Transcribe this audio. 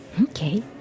Okay